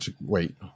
Wait